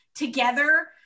together